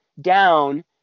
down